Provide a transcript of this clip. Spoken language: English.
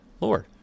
Lord